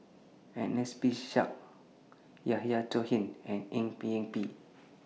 Ernest P Shanks Yahya Cohen and Eng Yee Peng